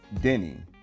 Denny